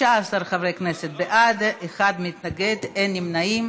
16 חברי כנסת בעד, אחד מתנגד, אין נמנעים.